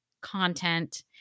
content